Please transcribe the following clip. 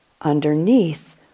underneath